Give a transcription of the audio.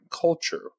culture